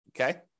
Okay